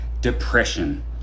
depression